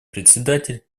председатель